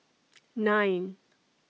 nine